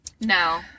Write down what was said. No